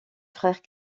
frères